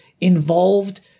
involved